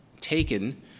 taken